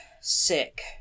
Sick